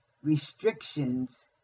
Restrictions